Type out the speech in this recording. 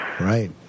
Right